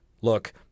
look